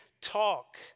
talk